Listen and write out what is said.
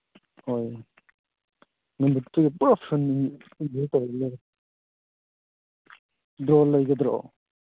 ꯍꯣꯏ ꯅꯨꯃꯤꯠꯇꯨ ꯄꯨꯔꯥ ꯐꯨꯜ ꯏꯟꯖꯣꯏ ꯇꯧꯔ ꯂꯣꯏꯔꯦ ꯗ꯭ꯔꯣꯟ ꯂꯩꯒꯗ꯭ꯔꯣ